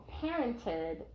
parented